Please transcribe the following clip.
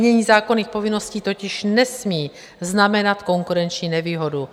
Plnění zákonných povinností totiž nesmí znamenat konkurenční nevýhodu.